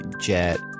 jet